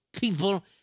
people